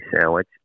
sandwich